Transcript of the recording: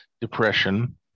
depression